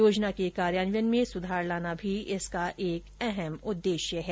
योजना के कार्यान्वयन में सुधार लाना भी इसका एक अहम उद्देश्य है